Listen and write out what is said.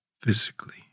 physically